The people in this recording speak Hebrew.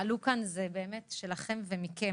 שעלו כאן הם שלכם ומכם.